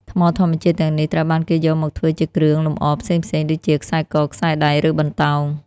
ថ្មធម្មជាតិទាំងនេះត្រូវបានគេយកមកធ្វើជាគ្រឿងលម្អផ្សេងៗ ដូចជា ខ្សែក ខ្សែដៃ ឬបន្តោង។